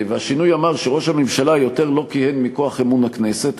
והשינוי אמר שראש הממשלה לא כיהן עוד מכוח אמון הכנסת,